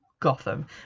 Gotham